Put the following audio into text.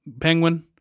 Penguin